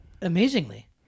amazingly